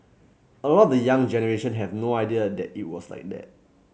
a lot of the young generation have no idea that it was like that